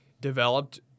developed